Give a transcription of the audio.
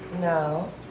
No